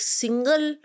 single